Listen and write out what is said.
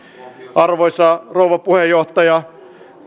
arvoisa rouva puheenjohtaja